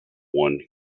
one